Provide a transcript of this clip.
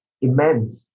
immense